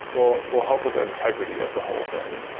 will will help with the integrity of the whole thing.